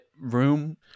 room